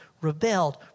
rebelled